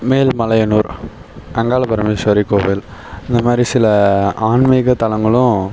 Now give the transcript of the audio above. மேல்மலையனுார் அங்காளபரமேஸ்வரி கோவில் இந்த மாதிரி சில ஆன்மீக தளங்களும்